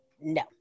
No